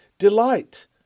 delight